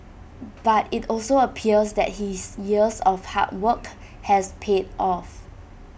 but IT also appears that his years of hard work has paid off